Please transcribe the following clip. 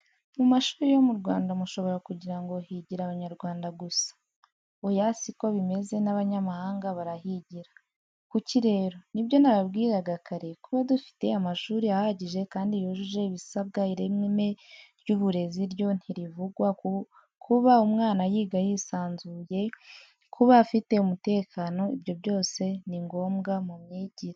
Mu mashuri yo mu Rwanda mushobora kugira ngo higira Abanyarwanda gusa. Oya siko bimeze n'abanyamahanga barahigira, kuki rero? Nibyo nababwiraga kare kuba dufite amashuri ahagije kandi yujuje ibisabwa, ireme ry'uburezi ryo ntirivugwa kuba umwana yiga yisanzuye, kuba afite umutekano ibyo byose ni ngombwa mumyigire.